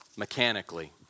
mechanically